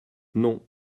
non